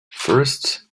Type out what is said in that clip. first